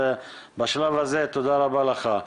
בשלב הזה תודה רבה לך.